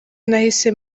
nahise